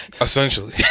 essentially